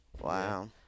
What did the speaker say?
Wow